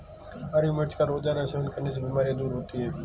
हरी मिर्च का रोज़ाना सेवन करने से बीमारियाँ दूर रहती है